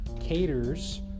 caters